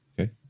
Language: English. Okay